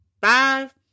Five